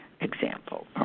example